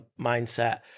mindset